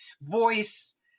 voice